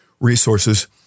resources